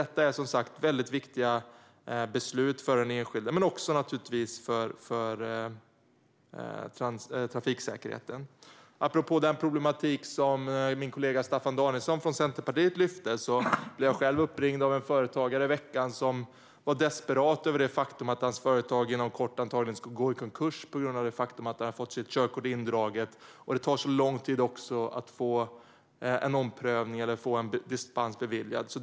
Detta är som sagt viktiga beslut för den enskilde men också, naturligtvis, för trafiksäkerheten. Apropå den problematik som min kollega Staffan Danielsson från Centerpartiet lyfte fram blev jag själv uppringd av en företagare i veckan. Han var desperat på grund av det faktum att hans företag inom kort antagligen skulle gå i konkurs eftersom han hade fått sitt körkort indraget och eftersom det tar så lång tid att få en omprövning eller dispens beviljad.